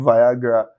Viagra